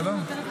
בסדר?